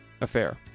affair